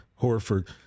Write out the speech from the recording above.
Horford